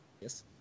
Yes